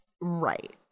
Right